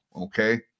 Okay